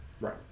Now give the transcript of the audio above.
Right